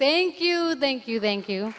think you think you thank you